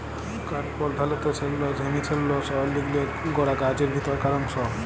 কাঠ পরধালত cellulose, hemicellulose অ লিগলিলে গড়া গাহাচের ভিতরকার অংশ